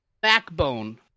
backbone